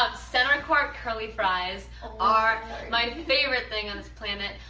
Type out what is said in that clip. ah center and court curly fries are my favorite thing on this planet.